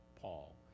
Paul